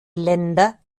länder